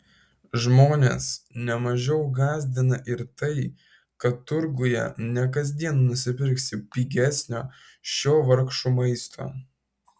žmones ne mažiau gąsdina ir tai kad turguje ne kasdien nusipirksi pigesnio šio vargšų maisto